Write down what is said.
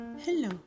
Hello